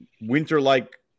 winter-like